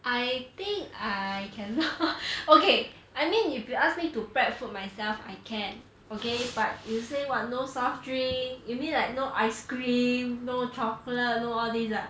I think I cannot okay I mean if you ask me to prep food myself I can okay but you say [what] no soft drink you mean like no ice cream no chocolate no all these ah